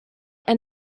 and